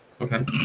okay